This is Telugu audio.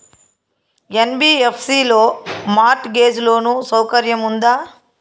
యన్.బి.యఫ్.సి లో మార్ట్ గేజ్ లోను సౌకర్యం ఉందా?